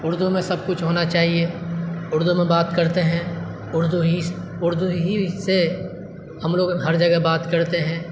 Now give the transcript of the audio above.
اردو میں سب کچھ ہونا چاہیے اردو میں بات کرتے ہیں اردو ہی اردو ہی سے ہم لوگ ہر جگہ بات کرتے ہیں